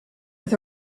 with